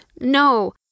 No